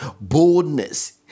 boldness